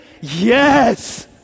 yes